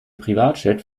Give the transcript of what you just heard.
privatjet